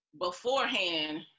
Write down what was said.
beforehand